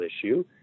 issue